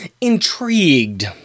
intrigued